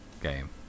game